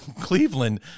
Cleveland